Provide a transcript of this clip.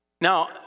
Now